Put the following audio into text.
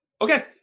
Okay